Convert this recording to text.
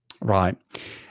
right